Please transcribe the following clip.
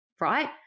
right